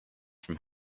from